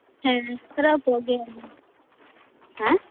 ᱦᱮᱸ ᱠᱷᱟᱨᱟᱯᱚᱜ ᱜᱮᱭᱟ ᱦᱮᱸ